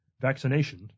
vaccination